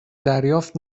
دریافت